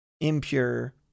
impure